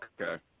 okay